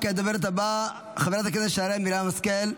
והדוברת הבאה, חברת הכנסת שרן מרים השכל.